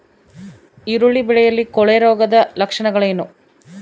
ಈರುಳ್ಳಿ ಬೆಳೆಯಲ್ಲಿ ಕೊಳೆರೋಗದ ಲಕ್ಷಣಗಳೇನು?